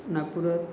नागपुरात